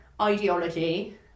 ideology